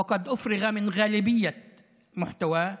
הבושה של הממשלה היא שבמקום לחזק את הישיבה,